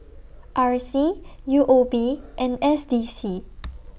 R C U O B and S D C